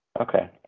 Okay